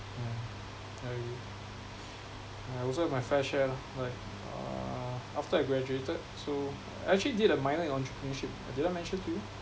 yeah I agree I also have my fair share lah like uh after I graduated so I actually did a minor in entrepreneurship did I mention to you